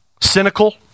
Cynical